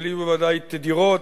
ולי ודאי תדירות,